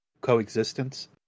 coexistence